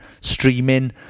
streaming